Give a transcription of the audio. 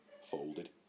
folded